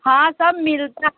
ہاں سب ملتا ہے